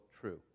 true